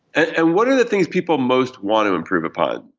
and what are the things people most want to improve upon?